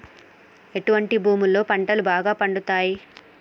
ఎటువంటి భూములలో పంటలు బాగా పండుతయ్?